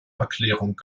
erklärung